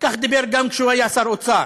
כך הוא דיבר כשהוא היה שר אוצר,